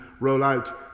rollout